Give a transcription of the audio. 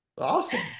Awesome